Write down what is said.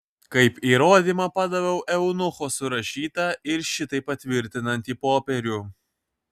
kaip įrodymą padaviau eunucho surašytą ir šitai patvirtinantį popierių